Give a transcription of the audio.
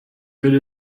würde